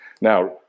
Now